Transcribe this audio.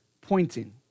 pointing